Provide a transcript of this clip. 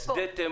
שדה תימן.